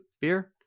beer